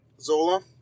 Zola